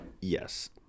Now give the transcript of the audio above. yes